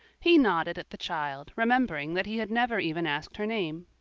he nodded at the child, remembering that he had never even asked her name.